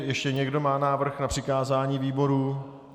Ještě někdo má návrh na přikázání výboru?